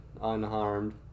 unharmed